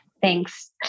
Thanks